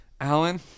Alan